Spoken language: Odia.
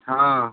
ହଁ